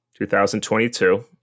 2022